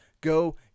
Go